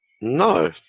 No